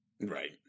Right